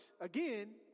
again